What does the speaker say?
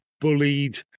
bullied